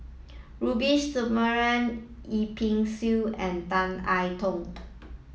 Rubiah Yip Pin Xiu and Tan I Tong